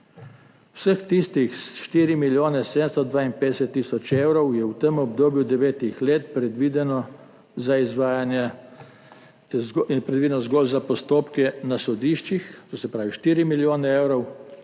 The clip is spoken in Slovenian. Vsi tisti 4 milijoni 752 tisoč evrov so v tem obdobju devetih let predvideni zgolj za postopke na sodiščih, to se pravi 4 milijone evrov,